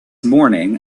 morning